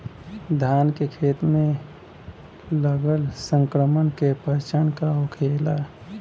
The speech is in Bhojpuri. धान के खेत मे लगल संक्रमण के पहचान का होखेला?